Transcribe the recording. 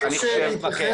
היושבת-ראש,